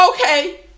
okay